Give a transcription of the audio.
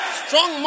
strong